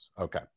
Okay